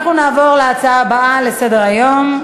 אנחנו נעבור להצעה הבאה לסדר-היום: